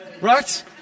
right